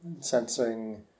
sensing